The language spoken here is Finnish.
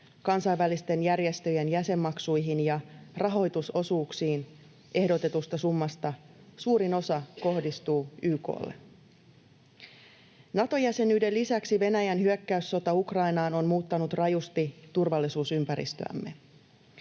kansainvälisten järjestöjen jäsenmaksuihin ja rahoitusosuuksiin ehdotetusta summasta suurin osa kohdistuu YK:lle. Nato-jäsenyyden lisäksi Venäjän hyökkäyssota Ukrainaan on muuttanut rajusti turvallisuusympäristöämme.